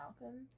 Malcolm